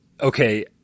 okay